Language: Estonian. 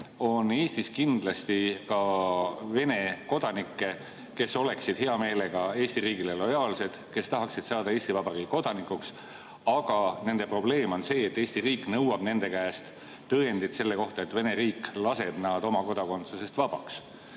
on Eestis kindlasti ka selliseid Vene kodanikke, kes oleksid hea meelega Eesti riigile lojaalsed ja tahaksid saada Eesti Vabariigi kodanikuks. Aga nende probleem on see, et Eesti riik nõuab nende käest tõendit selle kohta, et Vene riik laseb nad oma kodakondsusest vabaks.